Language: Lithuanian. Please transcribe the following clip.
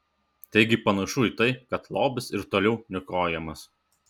taigi panašu į tai kad lobis ir toliau niokojamas